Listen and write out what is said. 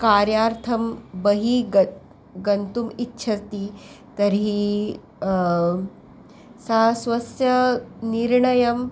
कार्यार्थं बहिः ग गन्तुम् इच्छति तर्हि सा स्वस्य निर्णयं